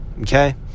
Okay